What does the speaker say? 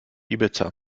ibiza